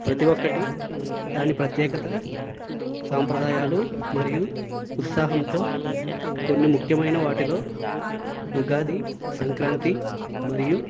ప్రతి ఒక్కటి దాని ప్రత్యేకత సంప్రదాయాలు మరియు ఉత్సాహంతో కొన్ని ముఖ్యమైన వాటిగా ఉగాది సంక్రాంతి మరియు